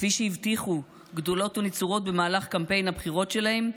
כפי שהבטיחו גדולות ונצורות במהלך קמפיין הבחירות שלהם,